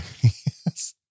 Yes